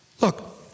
Look